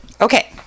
Okay